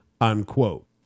unquote